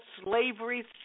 slavery